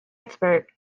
expert